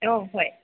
অ' হয়